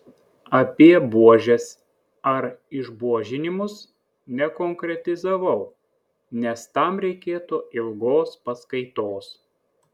apie buožes ar išbuožinimus nekonkretizavau nes tam reikėtų ilgos paskaitos